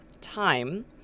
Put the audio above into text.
time